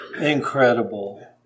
Incredible